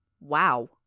Wow